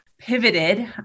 Pivoted